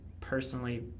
personally